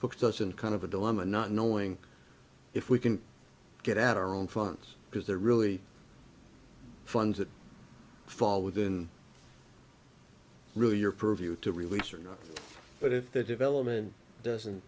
puts us in kind of a dilemma not knowing if we can get at our own funds because they're really funds that fall within really your purview to release or not but if the development doesn't